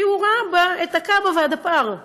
כי הוא ראה בה את הקב"א ואת הדפ"ר.